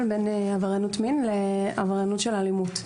בין עבריינות מין לבין עבריינות של אלימות,